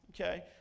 Okay